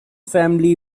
family